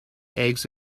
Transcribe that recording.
eggs